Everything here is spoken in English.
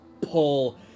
pull